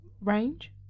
range